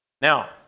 Now